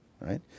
right